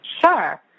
Sure